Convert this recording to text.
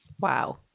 wow